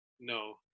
No